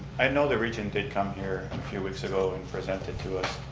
i know the region did come here a few weeks ago and present it to us.